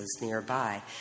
nearby